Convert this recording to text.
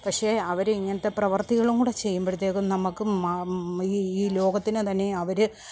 പക്ഷെ അവർ ഇങ്ങനെത്തെ പ്രവർത്തികളും കൂടെ ചെയ്യുമ്പഴത്തേക്കും നമുക്കും ഈ ഈ ലോകത്തിന് തന്നെയും അവർ